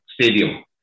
stadium